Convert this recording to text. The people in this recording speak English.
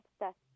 obsessed